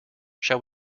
shall